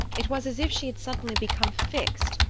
it was as if she had suddenly become fixed,